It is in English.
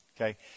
Okay